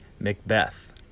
Macbeth